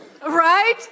Right